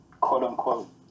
quote-unquote